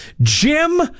Jim